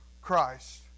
Christ